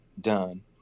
done